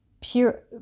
pure